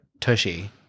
Tushy